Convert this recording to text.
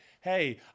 hey